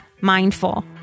Mindful